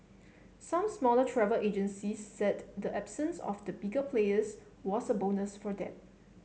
some smaller travel agencies said the absence of the bigger players was a bonus for them